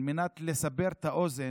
על מנת לסבר את האוזן,